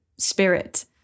Spirit